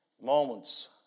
moments